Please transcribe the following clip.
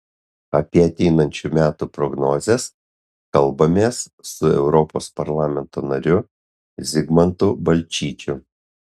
apie ateinančių metų prognozes kalbamės su europos parlamento nariu zigmantu balčyčiu